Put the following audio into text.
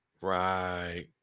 right